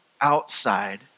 outside